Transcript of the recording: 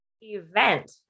event